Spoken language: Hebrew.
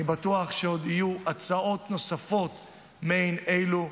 אני בטוח שעוד יהיו הצעות נוספות מעין אלו.